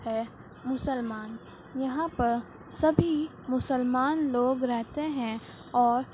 ہے مسلمان یہاں پر سبھی مسلمان لوگ رہتے ہیں اور